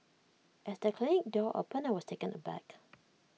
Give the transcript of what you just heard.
as the clinic door opened I was taken aback